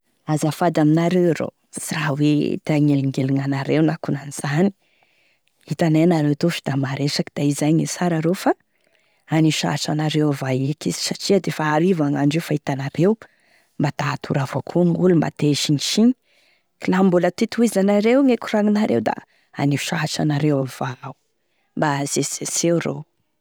Azafady aminareo rô, sy raha hoe te hanelindeligny anareo na ankonan'izany, hitanay anareo atoa sa da maresaky da izay gne sara rô fa anio sahatry anareo avao eky izy satria defa hariva gn'andro io fa hitanareo mba ta hatory avao koa gn'olo mba te hisignisigny ka la mbola te tohizanareo gne koragninareo da anio sahatry anareo avao gnao, mba azesizeseo rô.